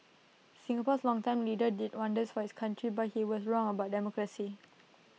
Singapore's longtime leader did wonders for his country but he was wrong about democracy